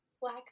black